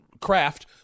craft